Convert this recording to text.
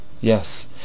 Yes